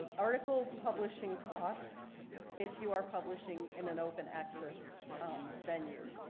article publishing costs if you are publishing in an open access venue.